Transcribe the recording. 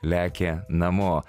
lekia namo